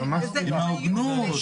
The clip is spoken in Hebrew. עם ההוגנות?